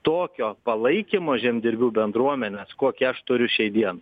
tokio palaikymo žemdirbių bendruomenės kokį aš turiu šiai dienai